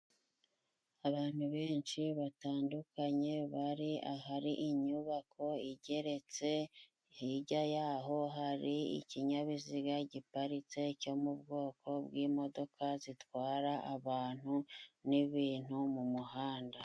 Abantu benshi batandukanye bari ahari inyubako igeretse, hirya y'aho hari ikinyabiziga giparitse, cyo mu bwoko bw'imodoka zitwara abantu n'ibintu mu muhanda.